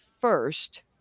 first